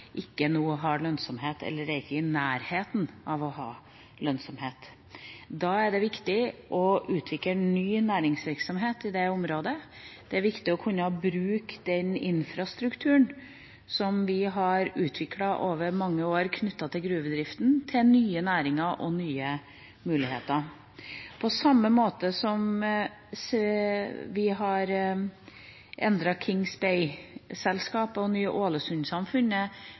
ikke er i nærheten av å være lønnsom. Da er det viktig å utvikle ny næringsvirksomhet i det området. Det er viktig å kunne bruke den infrastrukturen som vi har utviklet over mange år knyttet til gruvedriften, til nye næringer og nye muligheter. På samme måte som vi har endret Kings Bay-selskapet og